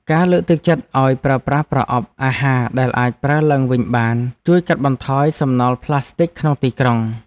ការលើកទឹកចិត្តឱ្យប្រើប្រាស់ប្រអប់អាហារដែលអាចប្រើឡើងវិញបានជួយកាត់បន្ថយសំណល់ប្លាស្ទិកក្នុងទីក្រុង។